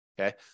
Okay